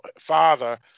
father